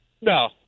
No